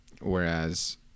whereas